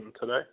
today